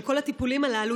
של כל הטיפולים הללו,